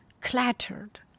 clattered